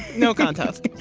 no contest.